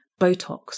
Botox